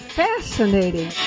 fascinating